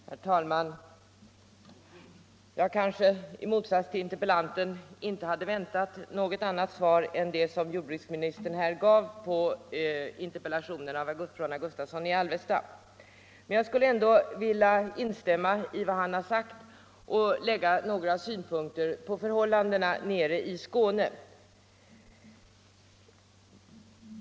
Herr talman! Jag kanske i motsats till interpellanten inte hade väntat något annat svar än det som jordbruksministern här gav på interpellationen av herr Gustavsson i Alvesta, men jag skulle ändå vilja instämma i vad herr Gustavsson har sagt och dessutom anlägga några synpunkter på förhållandena nere i Skåne.